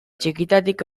txikitatik